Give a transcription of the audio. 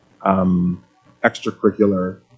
extracurricular